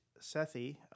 Sethi